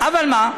אבל מה,